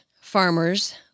farmers